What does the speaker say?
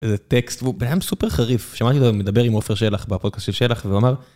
איזה טקסט והוא בן אדם סופר חריף שמעתי אותו מדבר עם עופר שלח בפודקאסט שלח והוא אמר.